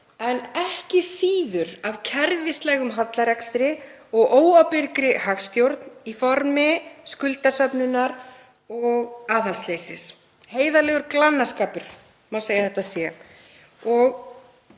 en ekki síður af kerfislægum hallarekstri og óábyrgri hagstjórn í formi skuldasöfnunar og aðhaldsleysis. Heiðarlegur glannaskapur má segja að þetta sé.